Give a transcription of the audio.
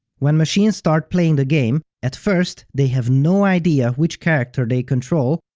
when machines start playing the game, at first, they have no idea which character they control,